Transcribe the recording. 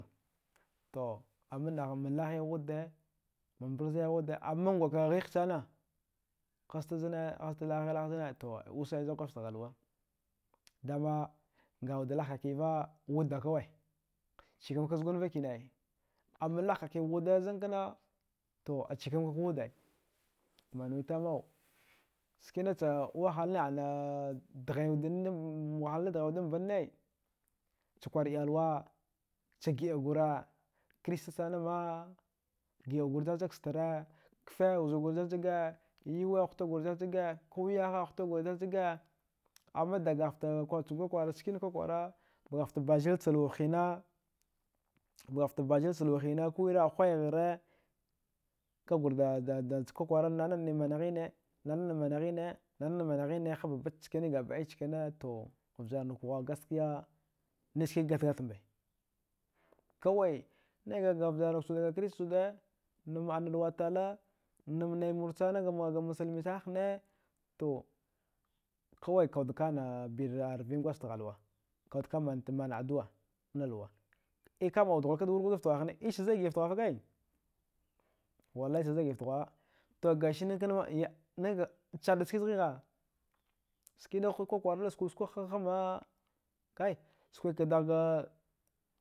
To amma nahma lahigh wuda mambarzaigh wuda amma ngukka ghigh sana hasta zne hazta lahighlagh zne to osa zaghk gwadjgaft ghalwa damma ngawud lahkakiva wudakawe chikamkakazgunva kinan ai amma lahkaki wuda zankana to achikamkakwud ai, wanwitamu skinacha wahalna ana dghaiwudambanne chkwar iyalwa chagiɗa gura krista sanama giɗagur jajagstara, kfe wuzagur jajaga yawe hutagur jajaga kuwiyaha hutagur jajaga amma daga fta kwarchud kwakwara skina kwakwara bugaghcha bazilcha luwahina bugaghcha bazilcha luwa hina kuwira a huwaighara gagurda da da cha kwakwara nanana managhine, nanana managhine, nanana manghineha batbatchkane gabɗai chkane to vjarnukghuwa gaskiya nai skik gatagatmba kawai naga vjarnukga krita chuda ana luwatala naimursana da masalmi sana hne tokawai kawudka ana bir rvin gwadjgaft ghalwa kawudka man addua naluwa ikamaɗwudda ghulakda wurghudafta ghwu. a hnee icha zɗa giɗaftaghwuafa kaiwallai chazɗa giɗafta ghuwa. ato gasinan kanama chada skizzghigha skida huɗi dakwakwara da skuskwagh hama kai skwika daghga